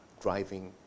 driving